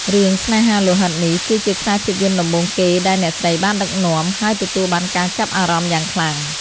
រឿង ស្នេហាលោហិតនេះគឺជាខ្សែភាពយន្តដំបូងគេដែលអ្នកស្រីបានដឹកនាំ ហើយទទួលបានការចាប់អារម្មណ៍យ៉ាងខ្លាំង។